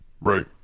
Right